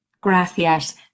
gracias